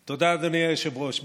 תודה, אדוני היושב-ראש.